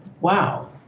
Wow